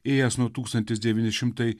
ėjęs nuo tūkstantis devyni šimtai